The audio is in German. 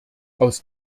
aus